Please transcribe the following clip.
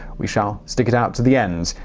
we shall stick it out to the end,